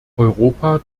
europa